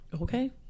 Okay